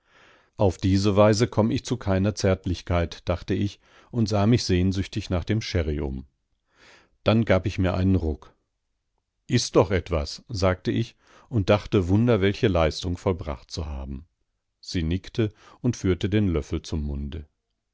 auf diese weise komm ich zu keiner zärtlichkeit dachte ich und sah mich sehnsüchtig nach dem sherry um dann gab ich mir einen ruck iß doch etwas sagte ich und dachte wunder welche leistung vollbracht zu haben sie nickte und führte den löffel zum munde